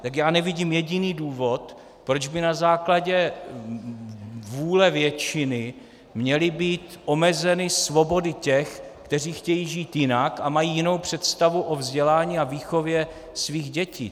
Tak já nevidím jediný důvod, proč by na základě vůle většiny měly být omezeny svobody těch, kteří chtějí žít jinak a mají jinou představu o vzdělání a výchově svých dětí.